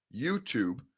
YouTube